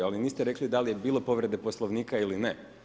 Ali niste rekli da li je bilo povrede Poslovnika ili ne.